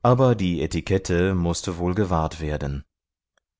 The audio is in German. aber die etikette mußte wohl gewahrt werden